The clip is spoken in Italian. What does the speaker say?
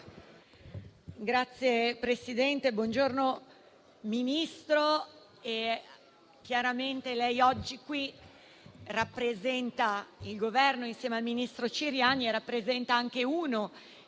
*(PD-IDP)*. Signor Ministro, chiaramente lei oggi qui rappresenta il Governo insieme al ministro Ciriani e rappresenta anche uno